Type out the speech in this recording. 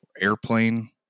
Airplane